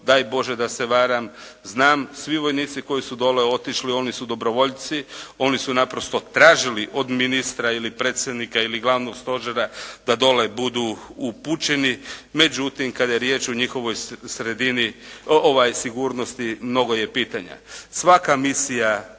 daj Bože da se varam. Znam, svi vojnici koji su dolje otišli oni su dobrovoljci, oni su naprosto tražili od ministra ili Predsjednika ili glavnog stožera da dolje budu upućeni, međutim kad je riječ o njihovoj sigurnosti, mnogo je pitanja. Svaka misija